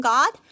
God